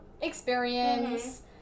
experience